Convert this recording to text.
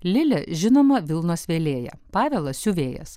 lilė žinoma vilnos vėlėja pavelas siuvėjas